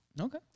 Okay